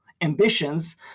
ambitions